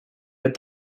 but